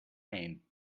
pain